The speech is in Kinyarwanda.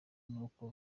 n’uko